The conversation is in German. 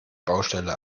baustelle